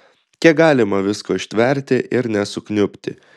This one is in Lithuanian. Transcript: kiek galima visko ištverti ir nesukniubti